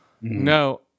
No